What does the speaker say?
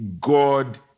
God